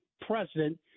president